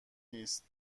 نیست